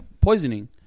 poisoning